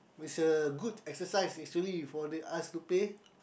with a good exercise is only before they ask to pay